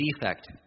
defect